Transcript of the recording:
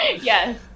Yes